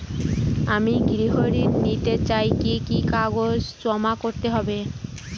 আমি গৃহ ঋণ নিতে চাই কি কি কাগজ জমা করতে হবে?